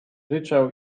ryczał